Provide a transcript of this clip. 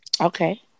Okay